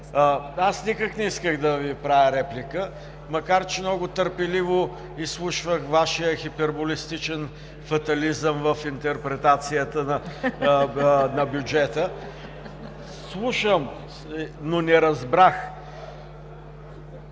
Аз никак не исках да Ви правя реплика, макар че много търпеливо изслушвах Вашия хиперболистичен фатализъм в интерпретацията на бюджета. (Смях.) Слушах, но не разбрах.